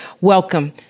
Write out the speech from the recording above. Welcome